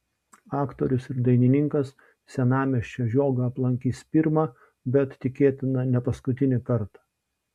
aktorius ir dainininkas senamiesčio žiogą aplankys pirmą bet tikėtina ne paskutinį kartą